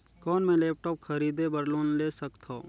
कौन मैं लेपटॉप खरीदे बर लोन ले सकथव?